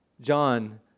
John